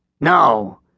No